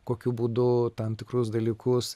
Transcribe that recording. kokiu būdu tam tikrus dalykus